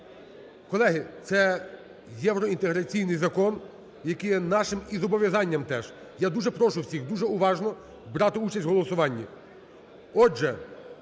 Колеги, це євроінтеграційний закон, який є нашим і зобов'язанням теж. Я дуже прошу всіх дуже уважно брати участь у голосуванні.